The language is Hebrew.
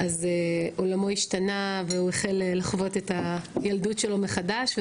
עולמו השתנה והוא החל לחוות את הילדות שלו מחדש,